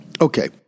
Okay